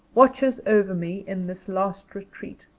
watches over me in this last retreat,